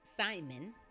Simon